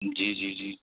جی جی جی